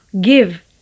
give